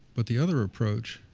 but the other approach,